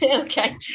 Okay